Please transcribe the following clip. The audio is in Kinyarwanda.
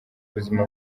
ubuzima